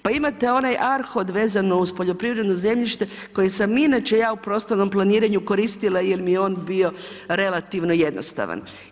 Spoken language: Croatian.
Pa imate onaj ARHOD vezano uz poljoprivredno zemljište koje sam inače ja u prostornom planiranju koristila jer mi je on bio relativno jednostavan.